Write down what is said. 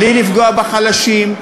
בלי לפגוע בחלשים,